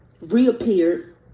reappeared